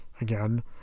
again